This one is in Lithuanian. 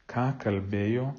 ką kalbėjo